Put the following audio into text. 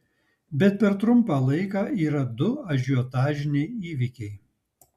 bet per trumpą laiką yra du ažiotažiniai įvykiai